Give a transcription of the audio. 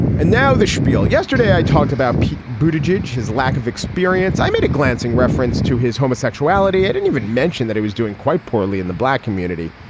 and now the spiel. yesterday i talked about beauty but judge his lack of experience i made a glancing reference to his homosexuality i didn't even mentioned that he was doing quite poorly in the black community.